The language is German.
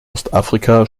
ostafrika